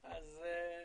בשטח.